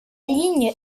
ligne